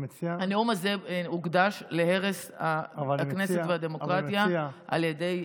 הנאום הזה הוקדש להרס הכנסת והדמוקרטיה על ידי,